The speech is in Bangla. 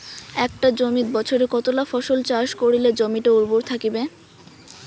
একটা জমিত বছরে কতলা ফসল চাষ করিলে জমিটা উর্বর থাকিবে?